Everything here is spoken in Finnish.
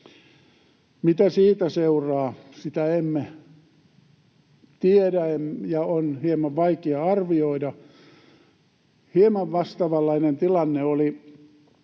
Mitä siitä seuraa, sitä emme tiedä ja sitä on hieman vaikea arvioida. Hieman vastaavanlainen tilanne oli